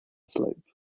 slope